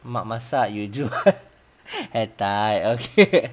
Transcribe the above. mak masak you jual hair tie okay